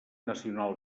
nacional